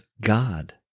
God